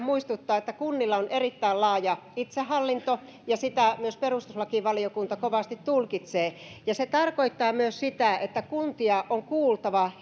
muistuttaa että kunnilla on erittäin laaja itsehallinto ja sitä myös perustuslakivaliokunta kovasti tulkitsee ja se tarkoittaa myös sitä että kuntia on kuultava